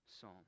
psalm